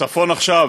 צפון עכשיו.